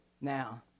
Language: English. Now